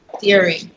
theory